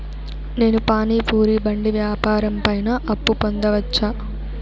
నేను పానీ పూరి బండి వ్యాపారం పైన అప్పు పొందవచ్చా?